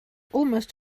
almost